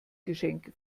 geschenk